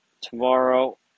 tomorrow